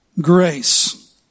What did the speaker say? grace